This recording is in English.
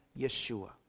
Yeshua